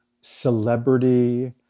celebrity